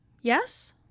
Yes